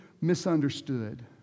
misunderstood